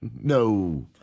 No